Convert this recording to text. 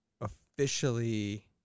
officially